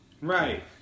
Right